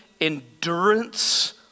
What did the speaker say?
endurance